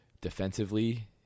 defensively